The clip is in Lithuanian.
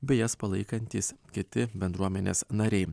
bei jas palaikantys kiti bendruomenės nariai